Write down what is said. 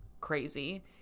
crazy